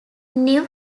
new